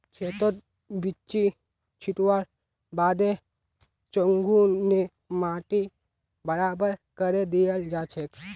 खेतत बिच्ची छिटवार बादे चंघू ने माटी बराबर करे दियाल जाछेक